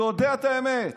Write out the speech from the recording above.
הוא יודע את האמת.